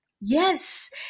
Yes